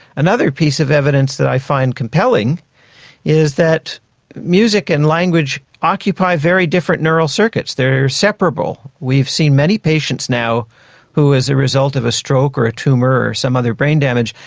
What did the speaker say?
another piece of evidence that i find compelling is that music and language occupy very different neural circuits, they are separable. we've seen many patients now who, as a result of a stroke or a tumour or some other brain damage,